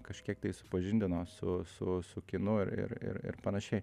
kažkiek tai supažindino su su su kinu ir ir ir panašiai